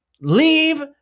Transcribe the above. Leave